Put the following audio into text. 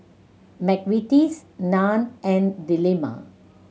McVitie's Nan and Dilmah